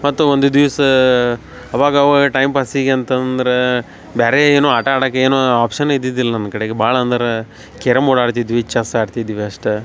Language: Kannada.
ಮತ್ತು ಒಂದು ದಿವಸ ಅವಾಗ ಅವಾಗ ಟೈಮ್ಪಾಸಿಗೆ ಅಂತಂದ್ರ ಬ್ಯಾರೆ ಏನು ಆಟ ಆಡಾಕೆ ಏನೂ ಆಪ್ಶನ್ ಇದ್ದಿದ್ದಿಲ್ಲ ನಮ್ಮ ಕಡೆಗೆ ಭಾಳ ಅಂದರೆ ಕೇರಮ್ ಬೋರ್ಡ್ ಆಡ್ತಿದ್ವಿ ಚೆಸ್ ಆಡ್ತಿದ್ವಿ ಅಷ್ಟು